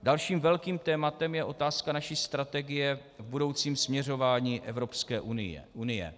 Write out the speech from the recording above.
Dalším velkým tématem je otázka naší strategie v budoucím směřování Evropské unie.